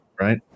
right